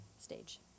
stage